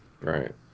Right